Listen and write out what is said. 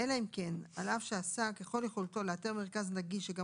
אלא אם כן על אף שעשה ככל יכולתו לאתר מרכז נגיש שגם